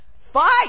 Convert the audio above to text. Fight